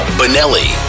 benelli